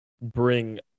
bring